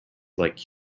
like